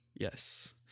yes